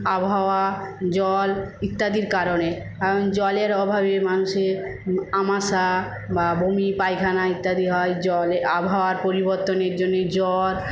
আবহাওয়া জল ইত্যাদির কারণে কারণ জলের অভাবে মানুষের আমাশা বা বমি পায়খানা ইত্যাদি হয় জল আবহাওয়ার পরিবর্তনের জন্যে জ্বর